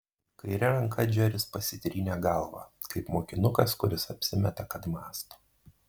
kaire ranka džeris pasitrynė galvą kaip mokinukas kuris apsimeta kad mąsto